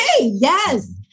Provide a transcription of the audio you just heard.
Yes